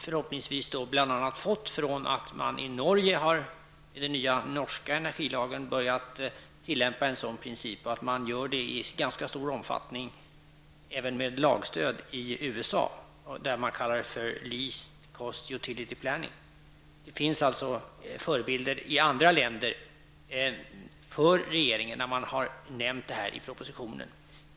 Förhoppningsvis har regeringen sett att man i Norge i och med den nya norska energilagen börjat tillämpa en sådan princip och att den tillämpas, även med lagstöd, i ganska stor omfattning i USA, där man kallar det för least cost utilityplanning. Det finns förebilder i andra länder för den princip som regeringen nämnt i propositionen.